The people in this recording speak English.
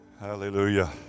hallelujah